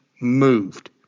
moved